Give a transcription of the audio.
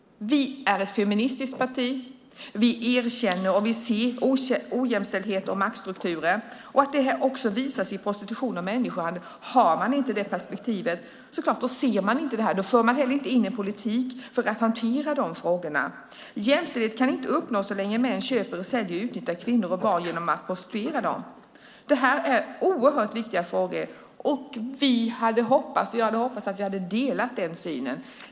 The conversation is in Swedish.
Vi är ett feministiskt parti. Vi erkänner och ser ojämställdhet och maktstrukturer och att det också visar sig i prostitution och människohandel. Har man inte det perspektivet ser man inte det och för inte heller en politik för att hantera dessa frågor. Jämställdhet kan inte uppnås så länge män köper, säljer och utnyttjar kvinnor och barn genom att prostituera dem. Det är oerhört viktiga frågor, och jag hade hoppats att vi delade den synen.